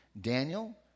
Daniel